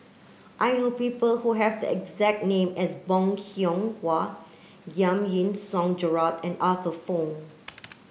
I know people who have the exact name as Bong Hiong Hwa Giam Yean Song Gerald and Arthur Fong